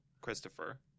Christopher